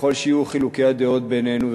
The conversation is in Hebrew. ככל שיהיו חילוקי הדעות בינינו,